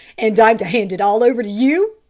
and i'm to hand it all over to you?